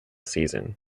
season